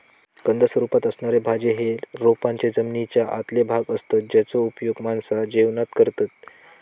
कंद स्वरूपात असणारे भाज्ये हे रोपांचे जमनीच्या आतले भाग असतत जेचो उपयोग माणसा जेवणात करतत